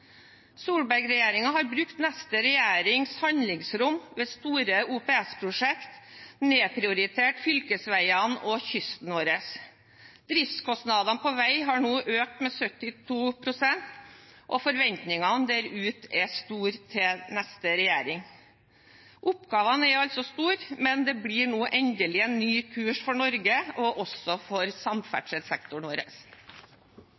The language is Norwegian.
har brukt neste regjerings handlingsrom ved store OPS-prosjekter, nedprioritert fylkesveiene og kysten vår. Driftskostnadene på vei har nå økt med 72 pst., og forventningene der ute er store til neste regjering. Oppgavene er store, men det blir nå endelig en ny kurs for Norge og for samferdselssektoren vår. Gjennom å legge grunnlaget for